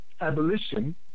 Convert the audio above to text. abolition